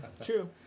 true